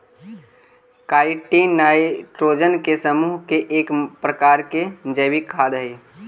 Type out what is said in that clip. chitin nitrogen के समूह के एक प्रकार के जैविक खाद हई